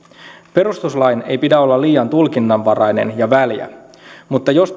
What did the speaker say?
perustuslain ei pidä olla liian tulkinnanvarainen ja väljä mutta jos